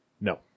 No